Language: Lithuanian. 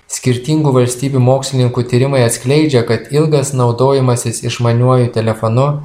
skirtingų valstybių mokslininkų tyrimai atskleidžia kad ilgas naudojimasis išmaniuoju telefonu